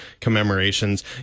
commemorations